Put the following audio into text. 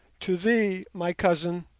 to thee, my cousin,